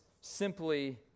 simply